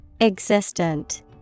Existent